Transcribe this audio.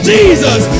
Jesus